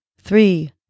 Three